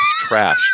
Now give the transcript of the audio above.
Trashed